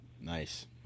nice